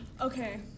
Okay